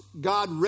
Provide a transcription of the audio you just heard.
God